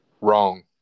Wrong